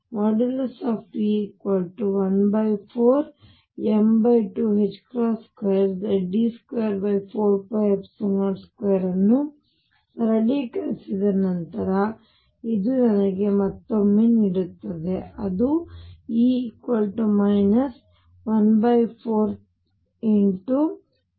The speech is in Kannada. ಮತ್ತು E14m22Ze24π02 ಅನ್ನು ಸರಳೀಕರಿಸಿದ ನಂತರ ಇದು ನನಗೆ ಮತ್ತೊಮ್ಮೆ ನೀಡುತ್ತದೆ ಅದು E 1413